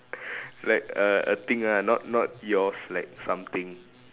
like a a thing ah not not yours like something